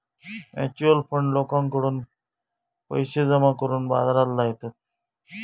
mutual fund लोकांकडून पैशे जमा करून बाजारात लायतत